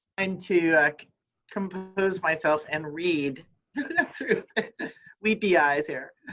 and to compose myself and read through weepy eyes here.